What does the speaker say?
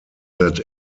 that